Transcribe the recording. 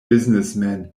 businessman